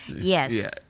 Yes